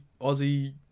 Aussie